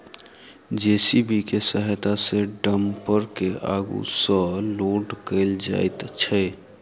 JCB के सहायता सॅ डम्फर के आगू सॅ लोड कयल जाइत छै